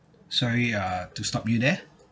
sorry ah to stop you there